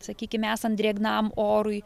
sakykime esam drėgnam orui